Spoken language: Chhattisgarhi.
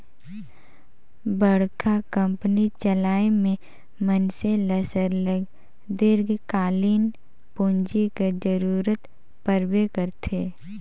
बड़का कंपनी चलाए में मइनसे ल सरलग दीर्घकालीन पूंजी कर जरूरत परबे करथे